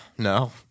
No